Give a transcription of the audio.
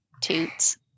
Toots